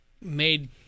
made